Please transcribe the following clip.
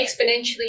exponentially